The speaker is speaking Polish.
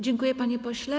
Dziękuję, panie pośle.